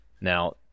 Now